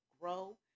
grow